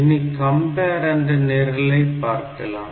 இனி கம்பேர் என்ற நிரலை பார்க்கலாம்